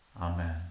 Amen